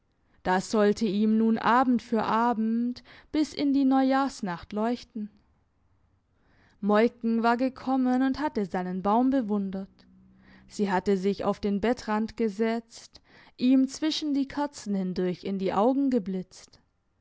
das sollte ihm nun abend für abend bis in die neujahrsnacht leuchten moiken war gekommen und hatte seinen baum bewundert sie hatte sich auf den bettrand gesetzt ihm zwischen die kerzen hindurch in die augen geblitzt